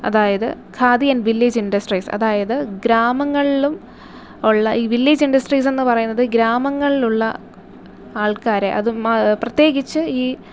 അതായത് Khadi and village industries അതായത് ഗ്രാമങ്ങളിലുള്ള ഈ വില്ലേജ് ഇൻഡ്രസ്റ്റീസ് എന്ന് പറയുന്നത് ഗ്രാമങ്ങളിലുള്ള ആൾക്കാരെ അതും പ്രത്യേകിച്ച് ഈ